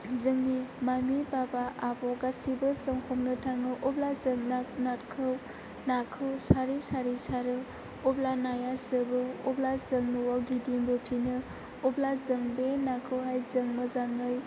जोंनि मामि बाबा आब' गासैबो जों हमनो थाङो अब्ला जों नाखौ सारै सारै सारो अब्ला नाया जोबो अब्ला जों न'आव गिदिंबोफिनो अब्ला जों बे नाखौहाय जों मोजाङै